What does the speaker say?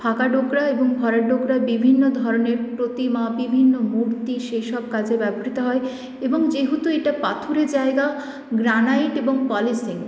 ফাঁকা ডোকরা এবং ভরাট ডোকরা বিভিন্ন ধরনের প্রতিমা বিভিন্ন মূর্তি সেইসব কাজে ব্যবহৃত হয় এবং যেহেতু এটা পাথুরে জায়গা গ্রানাইট এবং পলিসিং